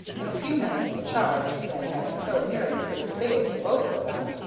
in a few minutes the charge, that had so nearly proved fatal to both of them,